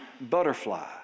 Butterfly